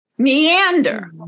meander